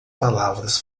palavras